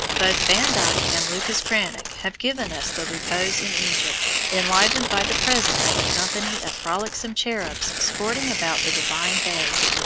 both van dyck and lucas cranach have given us the repose in egypt, enlivened by the presence of a company of frolicsome cherubs sporting about the divine babe.